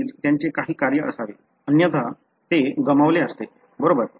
नक्कीच त्यांचे काही कार्य असावे अन्यथा ते गमावले असते बरोबर